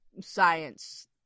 science